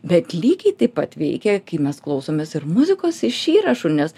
bet lygiai taip pat veikia kai mes klausomės ir muzikos iš įrašų nes